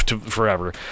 forever